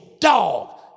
dog